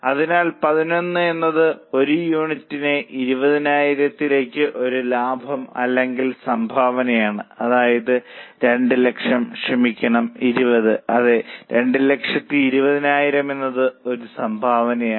അതിനാൽ 11 എന്നത് ഒരു യൂണിറ്റിന് 20000 ലേക്ക് ഒരു ലാഭം അല്ലെങ്കിൽ സംഭാവനയാണ് അതായത് 2 ലക്ഷം ക്ഷമിക്കണം 20 അതെ 220000 എന്നത് ഒരു സംഭാവനയാണ്